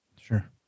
sure